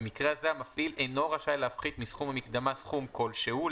המפעיל אינו רשאי להפחית מסכום המקדמה סכום כלשהו,